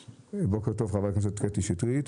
בוקר טוב חברת הכנסת קטי שטרית,